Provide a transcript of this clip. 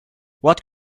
what